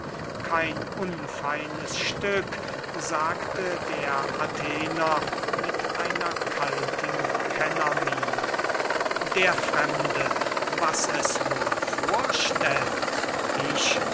kein unfeines stück sagte der athener mit einer kalten kennermiene der fremde was es wohl vorstellt ich